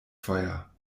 feuer